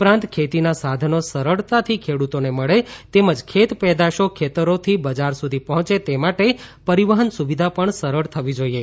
ઉપરાંત ખેતીના સાધનો સરળતાથી ખેડૂતોને મળે તેમજ ખેતપેદાશો ખેતરોથી બજાર સુધી પહોંચે તે માટે પરિવહન સુવિધા પણ સરળ થવી જોઈએ